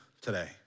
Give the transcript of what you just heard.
today